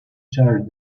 charge